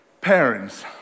parents